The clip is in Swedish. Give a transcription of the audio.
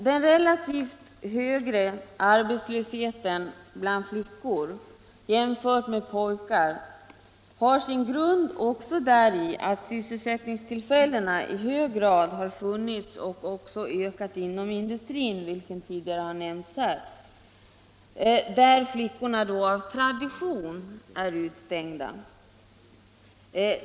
Den relativt högre arbetslösheten bland flickor jämfört med den bland pojkar har sin grund också däri att sysselsättningstillfällena i hög grad har funnits och också ökat inom industrin, vilket tidigare har nämnts här, där flickorna av tradition är utestängda.